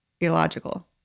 Illogical